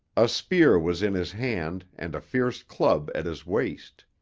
a spear was in his hand and a fierce club at his waist.